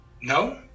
No